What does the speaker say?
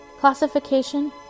Classification